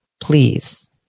Please